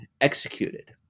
executed